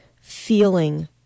feeling